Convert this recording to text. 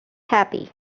happy